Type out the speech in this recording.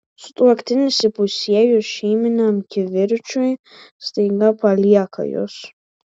sutuoktinis įpusėjus šeiminiam kivirčui staiga palieka jus